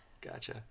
Gotcha